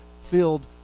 filled